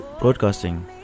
broadcasting